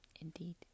Indeed